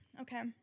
Okay